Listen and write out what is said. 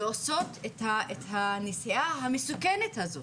ועושות את הנסיעה המסוכנת הזאת,